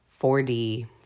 4D